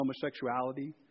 homosexuality